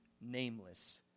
nameless